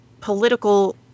political